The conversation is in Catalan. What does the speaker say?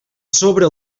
sobre